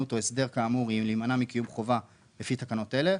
הימנעות או הסדר כאמור היא להימנע מקיום חובה לפי תקנות אלה,